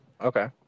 Okay